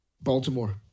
Baltimore